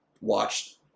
watched